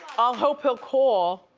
ah hope he'll call.